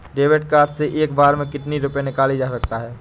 David card से एक बार में कितनी रूपए निकाले जा सकता है?